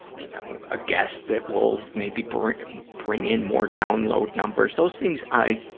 you know, a guest that will maybe bring bring in more download numbers. those things i,